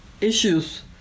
issues